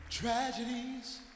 Tragedies